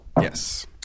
Yes